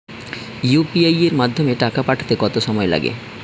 UPI এর মাধ্যমে টাকা পাঠাতে কত সময় লাগে?